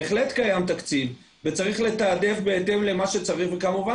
בהחלט קיים תקציב וצריך לתעדף בהתאם למה שצריך וכמובן